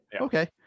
Okay